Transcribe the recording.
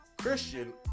Christian